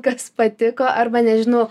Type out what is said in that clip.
kas patiko arba nežinau